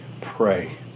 pray